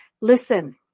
Listen